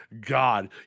God